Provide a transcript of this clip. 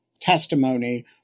testimony